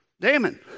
Damon